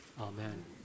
Amen